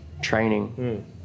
training